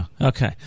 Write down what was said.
okay